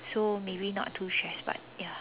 so maybe not too stressed but ya